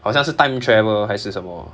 好像是 time travel 还是什么